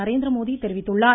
நரேந்திரமோடி தெரிவித்துள்ளார்